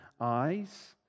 eyes